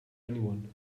anyone